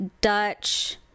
Dutch